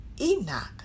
Enoch